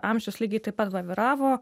amžius lygiai taip pat laviravo